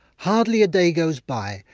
hardly a day goes by,